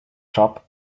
job